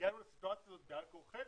הגענו לסיטואציה הזאת בעל כורחנו,